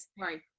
Right